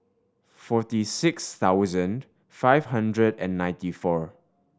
forty six thousand five hundred and ninety four